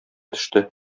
төште